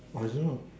I don't know